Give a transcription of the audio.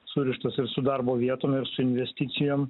surištas ir su darbo vietom su investicijom